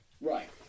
right